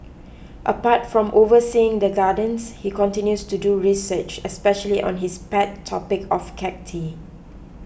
apart from overseeing the gardens he continues to do research especially on his pet topic of cacti